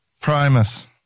Primus